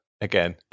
again